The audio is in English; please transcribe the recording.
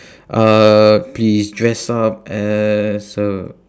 uh please dress up as a